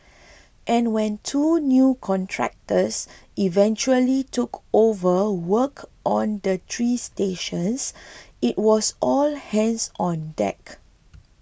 and when two new contractors eventually took over work on the three stations it was all hands on deck